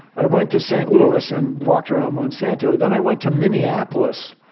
i went to st. louis and walked around monsanto. then i went to minneapolis,